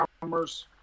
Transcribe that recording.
commerce